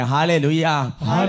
Hallelujah